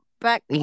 back